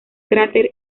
cráter